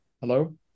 Hello